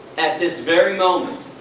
at this very moment,